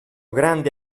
grande